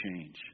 change